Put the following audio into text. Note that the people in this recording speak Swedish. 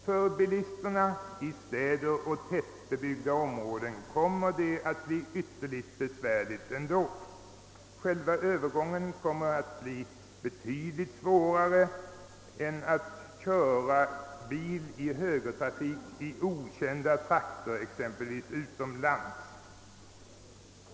För bilister i städer och tättbebyggda samhällen kommer det under alla förhållanden att bli ytterligt besvärligt. Själva övergången kommer att medföra betydligt större svårigheter än det innebär att köra bil i högertrafik i okända trakter, exempelvis utomlands.